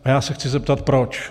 A já se chci zeptat proč.